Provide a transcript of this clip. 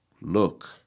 look